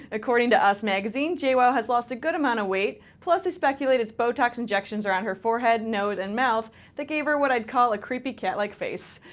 according to us magazine, jwoww has lost a good amount of weight, plus they speculate it's botox injections around her forehead, nose and mouth that gave her what i'd call a creepy cat-like face.